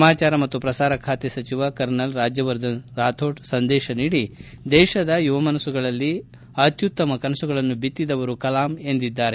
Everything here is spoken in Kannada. ಸಮಾಚಾರ ಮತ್ತು ಪ್ರಸಾರಖಾತೆ ಸಚಿವ ಕರ್ನಲ್ ರಾಜ್ಯವರ್ಧನ್ ರಾಥೋಡ್ ಸಂದೇಶ ನೀಡಿ ದೇಶದ ಯುವ ಮನಸ್ಸುಗಳಲ್ಲಿ ಅತ್ಯುತ್ತಮ ಕನಸುಗಳನ್ನು ಬಿತ್ತಿದವರು ಎಂದಿದ್ದಾರೆ